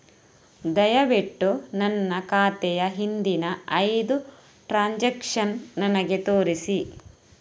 ದಯವಿಟ್ಟು ನನ್ನ ಖಾತೆಯ ಹಿಂದಿನ ಐದು ಟ್ರಾನ್ಸಾಕ್ಷನ್ಸ್ ನನಗೆ ತೋರಿಸಿ